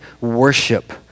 worship